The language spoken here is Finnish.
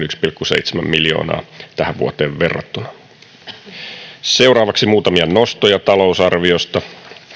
yksi pilkku seitsemän miljoonaa tähän vuoteen verrattuna seuraavaksi muutamia nostoja talousarviosta